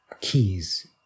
keys